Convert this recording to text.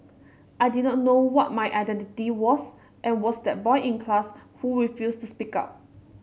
I did not know what my identity was and was that boy in class who refused to speak up